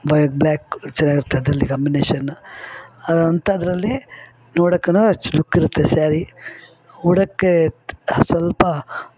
ಬೆ black ಚೆನ್ನಾಗಿರುತ್ತೆ ಅದರಲ್ಲಿ combination ಅಂಥದ್ರಲ್ಲಿ ನೋಡಕ್ಕೂ ಅಷ್ಟು ಲುಕ್ಕಿರುತ್ತೆ ಸ್ಯಾರಿ ಉಡೋಕ್ಕೆ ಸ್ವಲ್ಪ